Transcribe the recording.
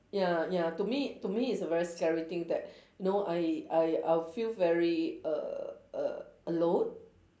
ya ya to me to me it's a very scary thing that you know I I I would feel very err err alone